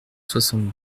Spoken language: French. soixante